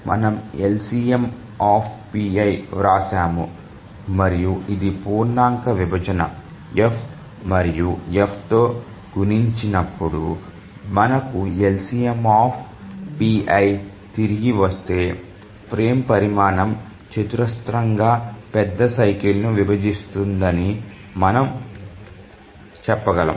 మనము LCM వ్రాసాము మరియు ఇది పూర్ణాంక విభజన f మరియు f తో గుణించినప్పుడు మనకు LCM తిరిగి వస్తే ఫ్రేమ్ పరిమాణం చతురస్రంగా పెద్ద సైకిల్ ను విభజిస్తుందని మనము చెప్పగలం